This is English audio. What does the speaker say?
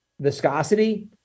viscosity